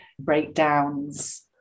breakdowns